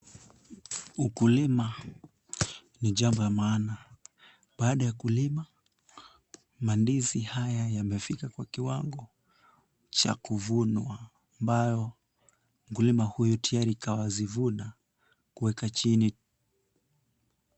Ukulima ni jambo ya maana. Baada ya kulima, mandizi haya yamefika kwa kiwango cha kuvunwa ambayo mkulima huyu tayari kazivuna kuweka chini.